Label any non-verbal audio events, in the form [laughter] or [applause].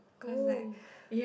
oh [breath]